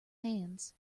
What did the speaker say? hands